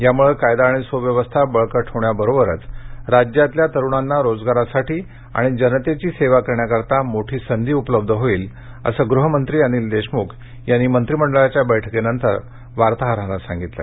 यामुळे कायदा आणि सुव्यवस्था बळकट होण्याबरोबरच राज्यातल्या तरुणांना रोजगारासाठी आणि जनतेची सेवा करण्यासाठी मोठी संधी उपलब्ध होईल असं गृहमंत्री अनिल देशमुख यांनी मंत्रिमंडळाच्या बैठकीनंतर वार्ताहरांना सांगितलं